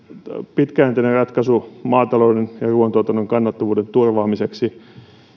pitkäjänteinen ratkaisu maatalouden ja ruuantuotannon kannattavuuden turvaamiseksi